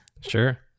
Sure